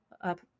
up